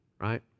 right